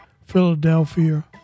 philadelphia